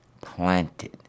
planted